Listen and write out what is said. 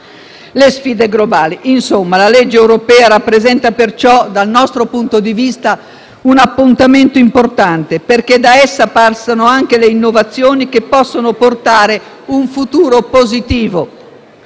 le sfide globali. La legge europea rappresenta perciò, dal nostro punto di vista, un appuntamento importante, perché da essa passano anche le innovazioni che possono portare un futuro positivo